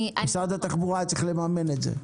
משרד התחבורה היה צריך לממן את זה.